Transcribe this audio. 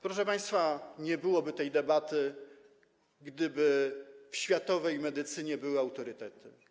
Proszę państwa, nie byłoby tej debaty, gdyby w światowej medycynie były autorytety.